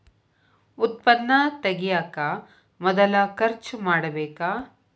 ಉತ್ಪನ್ನಾ ತಗಿಯಾಕ ಮೊದಲ ಖರ್ಚು ಮಾಡಬೇಕ